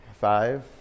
five